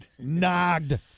Nogged